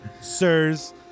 Sirs